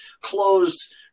closed